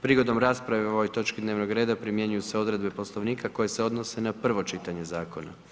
Prigodom rasprave o ovoj točki dnevnog reda primjenjuju se odredbe Poslovnika koje se odnose na prvo čitanje zakona.